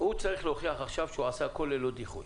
הוא צריך להוכיח עכשיו שהוא עשה הכל ללא דיחוי,